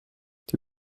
die